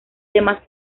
demás